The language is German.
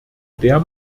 der